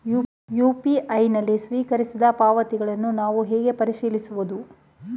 UPI ನಲ್ಲಿ ಸ್ವೀಕರಿಸಿದ ಪಾವತಿಗಳನ್ನು ನಾನು ಹೇಗೆ ಪರಿಶೀಲಿಸುವುದು?